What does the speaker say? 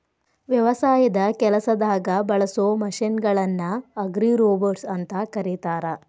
ವ್ಯವಸಾಯದ ಕೆಲಸದಾಗ ಬಳಸೋ ಮಷೇನ್ ಗಳನ್ನ ಅಗ್ರಿರೋಬೊಟ್ಸ್ ಅಂತ ಕರೇತಾರ